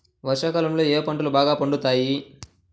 వర్షాకాలంలో ఏ పంటలు బాగా పండుతాయి?